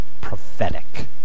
prophetic